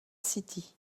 city